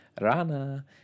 Rana